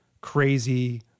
crazy